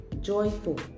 joyful